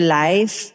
life